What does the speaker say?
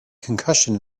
concussion